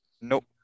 Nope